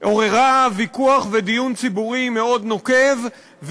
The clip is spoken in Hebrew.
עוררה ויכוח ודיון ציבורי מאוד נוקב,